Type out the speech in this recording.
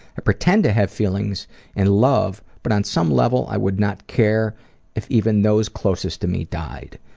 i pretend to have feelings and love, but on some level i would not care if even those closest to me died.